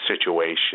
situation